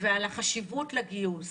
ועל החשיבות לגיוס